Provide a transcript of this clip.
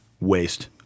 waste